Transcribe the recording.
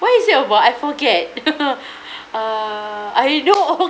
why is it over I forget uh I know